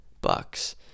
bucks